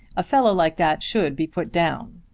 a fellow like that should be put down.